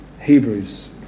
Hebrews